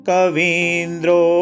Kavindro